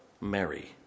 Mary